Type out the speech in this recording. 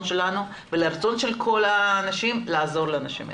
שלנו ולרצון של כל האנשים לעזור לאנשים האלה.